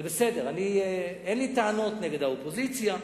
זה בסדר, אין לי טענות נגד האופוזיציה,